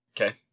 Okay